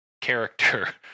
character